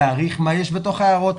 יעריך מה יש בתוך ההערות,